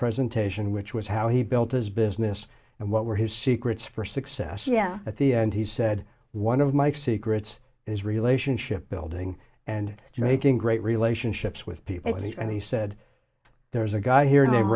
presentation which was how he built his business and what were his secrets for success yeah at the end he said one of my secrets is relationship building and making great relationships with people here and he said there's a guy here